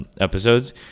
episodes